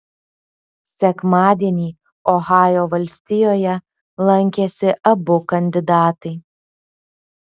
sekmadienį ohajo valstijoje lankėsi abu kandidatai